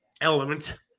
element